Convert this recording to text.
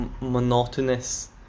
monotonous